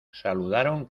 saludaron